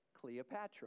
Cleopatra